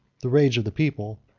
the rage of the people,